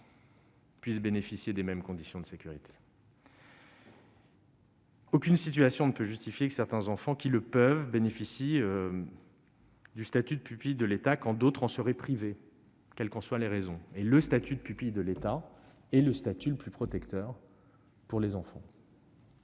puissent bénéficier des mêmes conditions de sécurité. Aucune situation ne peut justifier que certains enfants bénéficient du statut de pupille de l'État quand d'autres en seraient privés, quelles qu'en soient les raisons. Le statut de pupille de l'État est le plus protecteur pour les enfants.